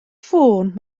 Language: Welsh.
fôn